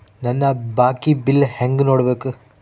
ನನ್ನ ಬಾಕಿ ಬಿಲ್ ಹೆಂಗ ನೋಡ್ಬೇಕು?